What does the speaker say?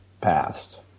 passed